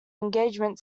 engagement